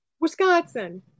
Wisconsin